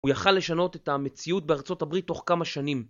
הוא יכל לשנות את המציאות בארצות הברית תוך כמה שנים.